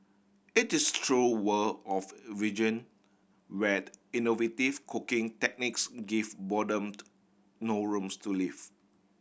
it is the true world of vegan where innovative cooking techniques give boredom no rooms to live